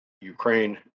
Ukraine